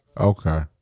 Okay